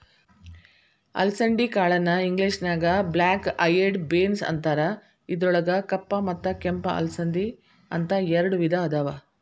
ಅಲಸಂದಿ ಕಾಳನ್ನ ಇಂಗ್ಲೇಷನ್ಯಾಗ ಬ್ಲ್ಯಾಕ್ ಐಯೆಡ್ ಬೇನ್ಸ್ ಅಂತಾರ, ಇದ್ರೊಳಗ ಕಪ್ಪ ಮತ್ತ ಕೆಂಪ ಅಲಸಂದಿ, ಅಂತ ಎರಡ್ ವಿಧಾ ಅದಾವ